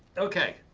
okay.